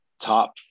top